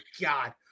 God